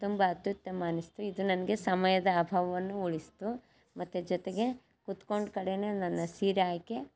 ತುಂಬ ಅತ್ಯುತ್ತಮ ಅನ್ನಿಸ್ತು ಇದು ನನಗೆ ಸಮಯದ ಅಭಾವವನ್ನು ಉಳಿಸಿತು ಮತ್ತು ಜೊತೆಗೆ ಕುತ್ಕೊಂಡ ಕಡೆನೇ ನನ್ನ ಸೀರೆ ಆಯ್ಕೆ